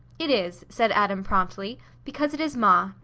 it is, said adam, promptly, because it is ma.